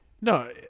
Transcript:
No